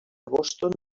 boston